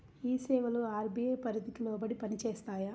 ఈ సేవలు అర్.బీ.ఐ పరిధికి లోబడి పని చేస్తాయా?